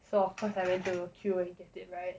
so of course I went to queue you get it [right]